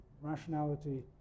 rationality